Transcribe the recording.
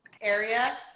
area